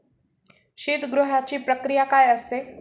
शीतगृहाची प्रक्रिया काय असते?